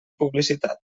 publicitat